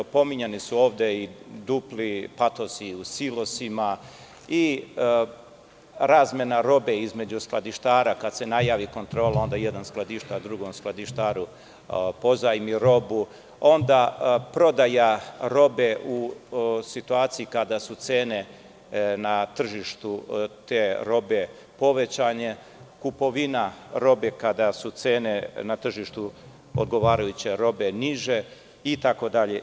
Pominjani su ovde i dupli patosi u silosima i razmena robe između skladištara, kad se najavi kontrola onda jedan skladištar drugom skladištaru pozajmi robu, onda prodaja robe u situaciji kada su cene na tržištu te robe povećane, kupovina kad su cene na tržištu odgovarajuće robe niže, itd.